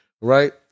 right